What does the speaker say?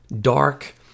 dark